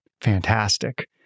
Fantastic